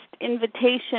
invitation